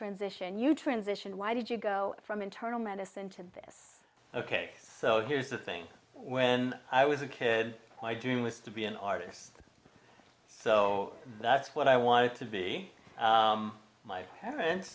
transition you transition why did you go from internal medicine to this ok so here's the thing when i was a kid my dream was to be an artist so that's what i wanted to be my parents